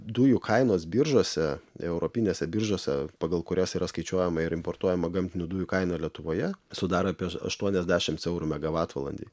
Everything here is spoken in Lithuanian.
dujų kainos biržose europinėse biržose pagal kurias yra skaičiuojama ir importuojama gamtinių dujų kaina lietuvoje sudaro apie aštuoniasdešimt eurų megavatvalandei